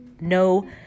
no